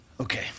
Okay